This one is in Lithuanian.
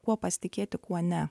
kuo pasitikėti kuo ne